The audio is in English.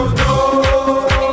no